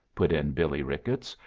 put in billie ricketts,